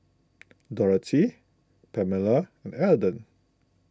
Dorathy Pamella and Alden